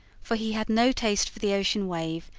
for he had no taste for the ocean wave,